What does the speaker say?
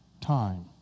time